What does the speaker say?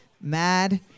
mad